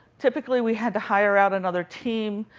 typically, we had to hire out another team,